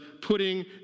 putting